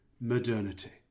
modernity